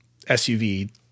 SUV